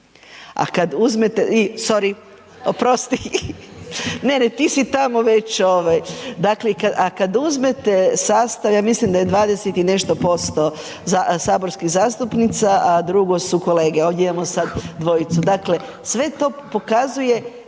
a kad uzmete sastav, ja mislim da je 20 i nešto posto saborskih zastupnica a drugo su kolege. Ovdje imamo sad dvojicu. Dakle sve to pokazuje,